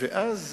אצל אנשים,